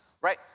right